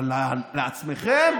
אבל לעצמכם?